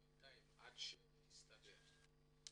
בינתיים עד שזה יסתדר,